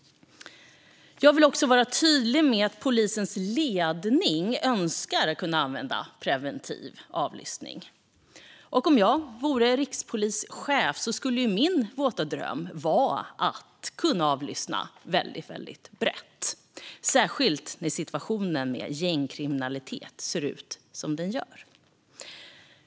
Jag vill också vara tydlig med att polisens ledning önskar kunna använda preventiv avlyssning. Om jag vore rikspolischef skulle min våta dröm också vara att kunna avlyssna väldigt brett, särskilt när situationen med gängkriminalitet ser ut som den gör.